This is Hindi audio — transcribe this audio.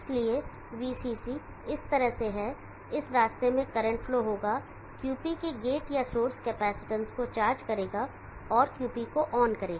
इसलिए VCC इस तरह से है इस रास्ते में करंट फ्लो होगा QP के गेट या सोर्स कैपेसिटेंस को चार्ज करेगा और QP को ऑन करेगा